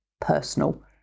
personal